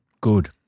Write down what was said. Good